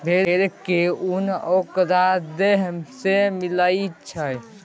भेड़ के उन ओकरा देह से मिलई छई